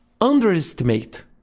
underestimate